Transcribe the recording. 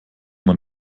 man